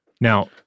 Now